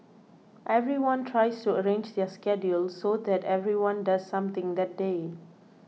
everyone tries to arrange their schedules so that everyone does something that day